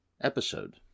episode